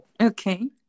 Okay